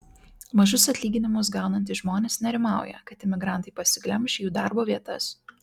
mažus atlyginimus gaunantys žmonės nerimauja kad imigrantai pasiglemš jų darbo vietas